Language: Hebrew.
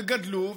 וגדלו,